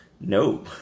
No